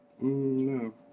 No